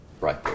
right